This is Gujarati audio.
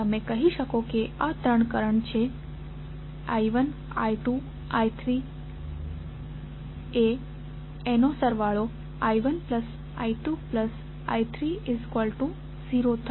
તમે કહી શકો છો કે આ ત્રણ કરંટ છે તમે I1 I2 અને I3 લખી શકો તો I1 I2 I3 0 થશે